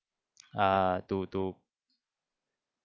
err to to